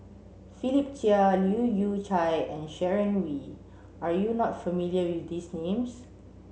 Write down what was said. Philip Chia Leu Yew Chye and Sharon Wee are you not familiar with these names